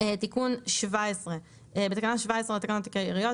תיקון תקנה 17 4. בתקנה 17 לתקנות העיקריות,